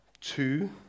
two